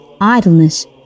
idleness